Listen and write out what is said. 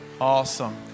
Awesome